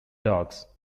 dogs